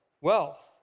wealth